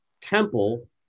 temple